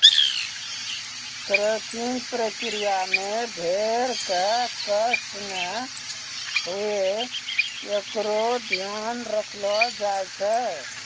crutching प्रक्रिया मे भेड़ क कष्ट नै हुये एकरो ध्यान रखलो जाय छै